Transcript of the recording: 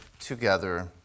together